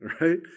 right